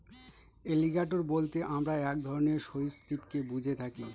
alligator বলতে আমরা এক ধরনের সরীসৃপকে বুঝে থাকি